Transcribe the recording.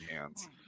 hands